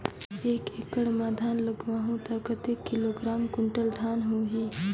एक एकड़ मां धान लगाहु ता कतेक किलोग्राम कुंटल धान होही?